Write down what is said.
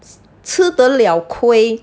吃的了亏